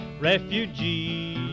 refugee